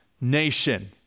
nation